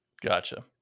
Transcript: Gotcha